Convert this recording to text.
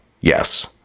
yes